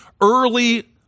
early